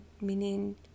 meaning